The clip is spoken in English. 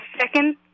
second